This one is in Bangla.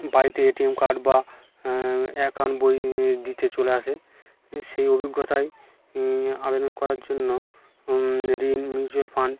বাড়িতে এটিএম কার্ড বা অ্যাকাউন্ট বই দিতে চলে আসে সেই অভিজ্ঞতাই আবেদন করার জন্য ঋণ মিউচুয়াল ফাণ্ড